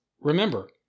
remember